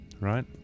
right